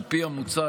על פי המוצע,